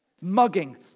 Mugging